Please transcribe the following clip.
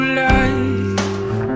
life